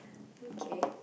okay